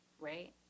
right